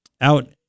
Out